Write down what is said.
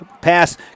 Pass